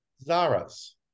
zara's